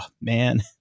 man